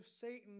Satan